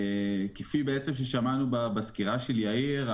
כפי ששמענו בסקירה של יאיר,